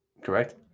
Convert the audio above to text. Correct